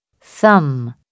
Thumb